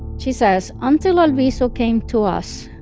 she says, until albizu came to us,